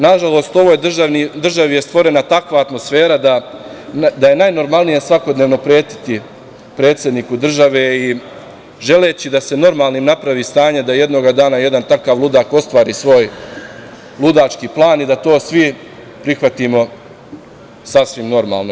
Nažalost, u ovoj državi je stvorena takva atmosfera da je najnormalnije svakodnevno pretiti predsedniku države i želeći da se normalnim napravi stanje da jednoga dana jedan takav ludak ostvari svoj ludački plan i da to svi prihvatimo sasvim normalno.